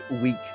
week